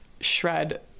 shred